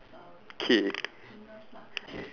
K